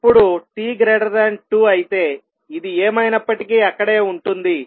ఇప్పుడు t2 అయితే ఇది ఏమైనప్పటికీ అక్కడే ఉంటుంది